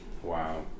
Wow